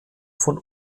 von